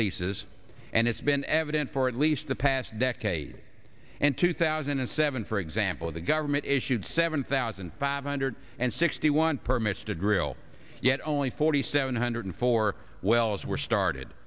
leases and it's been evident for at least the past decade and two thousand and seven for example the government issued seven thousand five hundred and sixty one permits to drill yet only forty seven hundred four wells were started